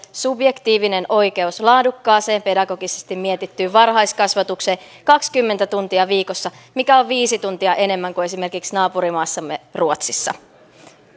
subjektiivinen oikeus laadukkaaseen pedagogisesti mietittyyn varhaiskasvatukseen kaksikymmentä tuntia viikossa mikä on viisi tuntia enemmän kuin esimerkiksi naapurimaassamme ruotsissa